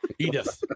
Edith